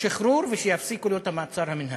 שחרור ושיפסיקו לו את המעצר המינהלי.